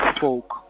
folk